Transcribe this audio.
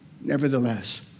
Nevertheless